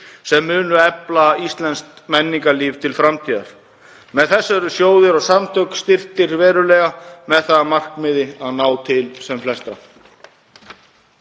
sem munu efla íslenskt menningarlíf til framtíðar. Með þessu eru sjóðir og samtök styrkt verulega með það að markmiði að ná til sem flestra.